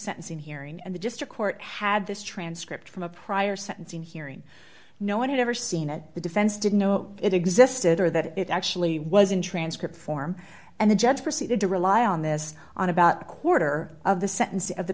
sentencing hearing and the district court had this transcript from a prior sentencing hearing no one had ever seen and the defense didn't know it existed or that it actually was in transcript form and the judge proceeded to rely on this on about a quarter of the